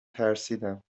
ترسیدم